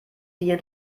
wie